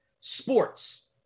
sports